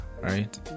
right